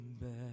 back